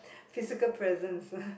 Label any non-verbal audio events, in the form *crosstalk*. physical presence *laughs*